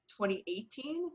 2018